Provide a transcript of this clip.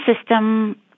system